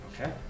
Okay